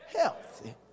healthy